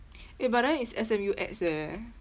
eh but then it's S_M_U_X eh